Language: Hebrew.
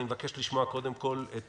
אני מבקש לשמוע קודם כל את